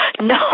No